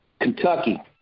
Kentucky